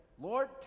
Lord